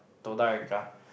Dotarica